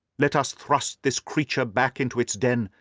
let us thrust this creature back into its den,